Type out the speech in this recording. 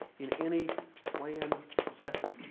in any planned session.